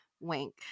wink